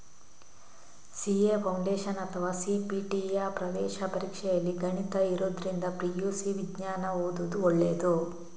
CA foundation ಅಥವಾ ಸಿ.ಪಿ.ಟಿಯ ಪ್ರವೇಶ ಪರೀಕ್ಷೆಯಲ್ಲಿ ಗಣಿತ ಇರುದ್ರಿಂದ ಪಿ.ಯು.ಸಿ ವಿಜ್ಞಾನ ಓದುದು ಒಳ್ಳೇದು